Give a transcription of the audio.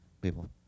people